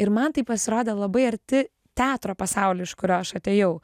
ir man tai pasirodė labai arti teatro pasaulio iš kurio aš atėjau